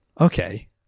okay